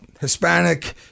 Hispanic